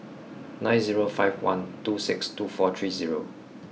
nine zero five one two six two four three zero